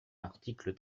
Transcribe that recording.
l’article